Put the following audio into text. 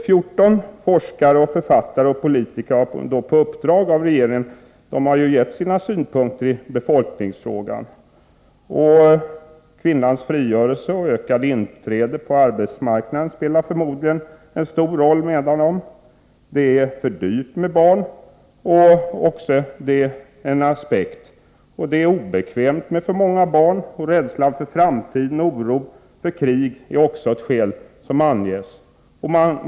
14 forskare, författare och politiker har på uppdrag av regeringen gett sina synpunkter i befolkningsfrågan. Kvinnans frigörelse och ökat inträde på arbetsmarknaden spelar förmodligen en stor roll, menar dessa. Det är för dyrt med barn, är också en aspekt. Vidare anförs att det är obekvämt med för många barn. Rädsla för framtiden och oro för krig är också skäl som anges.